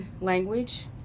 language